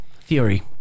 theory